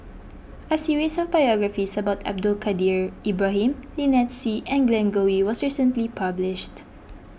a series of biographies about Abdul Kadir Ibrahim Lynnette Seah and Glen Goei was recently published